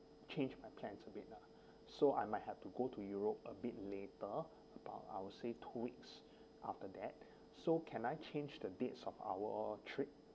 change my plans a bit lah so I might have to go to europe a bit later about I'll say two weeks after that so can I change the dates of our trip